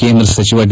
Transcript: ಕೇಂದ್ರ ಸಚಿವ ಡಿ